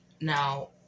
Now